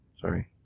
Sorry